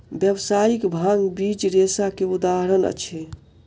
व्यावसायिक भांग बीज रेशा के उदाहरण अछि